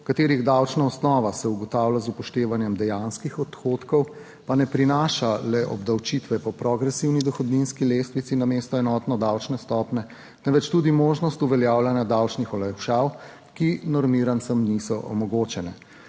katerih davčna osnova se ugotavlja z upoštevanjem dejanskih odhodkov, pa ne prinaša le obdavčitve po progresivni dohodninski lestvici namesto enotne davčne stopnje, temveč tudi možnost uveljavljanja davčnih olajšav, ki normirancem niso omogočene.